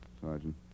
Sergeant